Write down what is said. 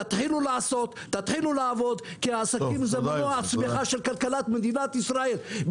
תתחילו לעשות ולעבוד כי העסקים זה מנוע הצמיחה של כלכלת מדינת ישראל.